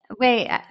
Wait